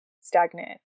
stagnant